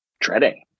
dreading